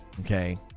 okay